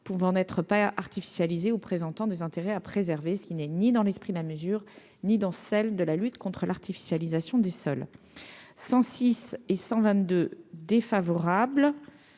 pouvant naître pas artificialiser ou présentant des intérêts à préserver ce qui n'est ni dans l'esprit de la mesure, ni dans celle de la lutte contre l'artificialisation des sols 106 et 122 défavorable.